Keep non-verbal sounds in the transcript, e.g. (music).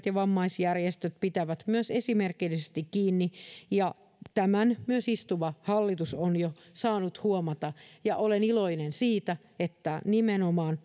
(unintelligible) ja vammaisjärjestöt pitävät myös esimerkillisesti kiinni ja tämän myös istuva hallitus on jo saanut huomata olen iloinen siitä että nimenomaan